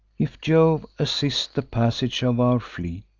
if jove assists the passage of our fleet,